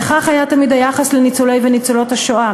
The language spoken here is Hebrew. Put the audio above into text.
וכך היה תמיד היחס לניצולי וניצולות השואה,